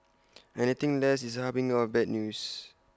anything less is A harbinger of bad news